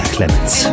Clements